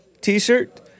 t-shirt